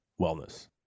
wellness